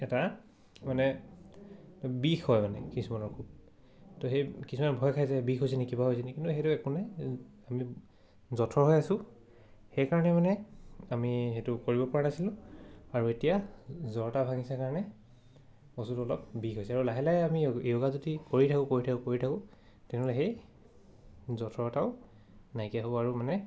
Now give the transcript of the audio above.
এটা মানে বিষ হয় মানে কিছুমানৰ খুব ত' সেই কিছুমানে ভয় খাই যায় বিষ হৈছেনি কিবা হৈছিনি কিন্তু সেইটো একো নাই আমি জথৰ হৈ আছোঁ সেইকাৰণে মানে আমি সেইটো কৰিব পৰা নাছিলোঁ আৰু এতিয়া জৰতা ভাঙিছে কাৰণে বস্তুটো অলপ বিষ হৈছে আৰু লাহে লাহে আমি য়ো য়োগা যদি কৰি থাকোঁ কৰি থাকোঁ কৰি থাকোঁ তেনেহ'লে সেই জথৰতাও নাইকিয়া হ'ব আৰু মানে